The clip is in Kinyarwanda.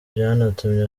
byanatumye